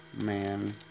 man